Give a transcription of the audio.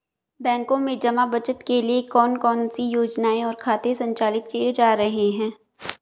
बैंकों में जमा बचत के लिए कौन कौन सी योजनाएं और खाते संचालित किए जा रहे हैं?